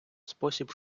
спосіб